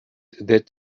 that